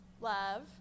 love